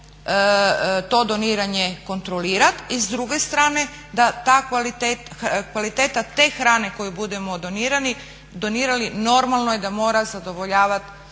to doniranje kontrolirati. I s druge strane da ta kvaliteta hrane, kvaliteta te hrane koju budemo donirali normalno je da mora zadovoljavati